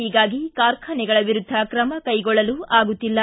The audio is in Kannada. ಹೀಗಾಗಿ ಕಾರ್ಖಾನೆಗಳ ವಿರುದ್ದ ಕ್ರಮ ಕೈಗೊಳ್ಳಲು ಆಗುತ್ತಿಲ್ಲ